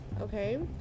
okay